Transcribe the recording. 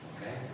Okay